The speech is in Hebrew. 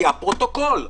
היה פרוטוקול.